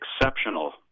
exceptional